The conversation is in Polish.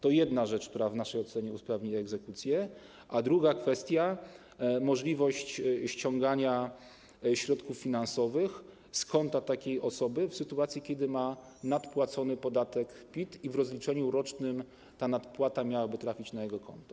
To jedna rzecz, która w naszej ocenie usprawni egzekucję, a druga kwestia to możliwość ściągania środków finansowych z konta takiej osoby w sytuacji, kiedy ma nadpłacony podatek PIT i w rozliczeniu rocznym ta nadpłata miałaby trafić na jego konto.